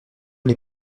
les